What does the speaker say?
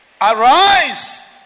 Arise